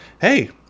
Hey